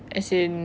as in